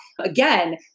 Again